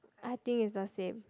I think it's the same